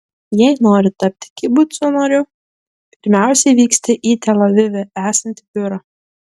jei nori tapti kibuco nariu pirmiausiai vyksti į tel avive esantį biurą